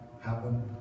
happen